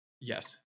Yes